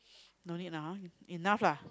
no need lah !huh! enough lah